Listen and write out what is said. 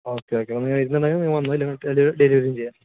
okay okay എന്നാൽ വരുന്നുണ്ടെങ്കിൽ നിങ്ങൾ വന്നോ അല്ലെങ്കിൽ ഡെലിവെറിയും ചെയ്യാം